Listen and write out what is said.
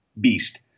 beast